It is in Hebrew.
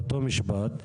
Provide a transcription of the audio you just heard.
לאותו משפט,